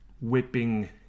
whipping